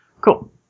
Cool